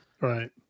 right